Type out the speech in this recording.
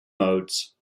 modes